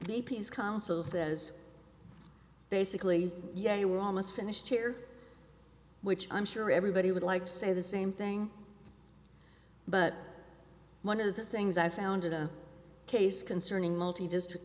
the peace council says basically yeah you're almost finished here which i'm sure everybody would like to say the same thing but one of the things i found a case concerning multi district